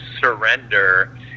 surrender